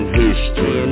history